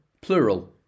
plural